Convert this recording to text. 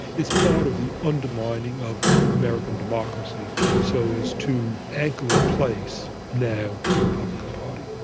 it's part of the undermining of american democracy so as to anchor in place now the republican party.